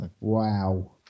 Wow